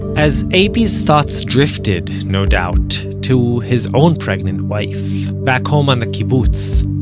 as abie's thoughts drifted, no doubt, to his own pregnant wife, back home on the kibbutz,